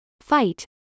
Fight